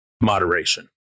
moderation